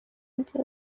mbere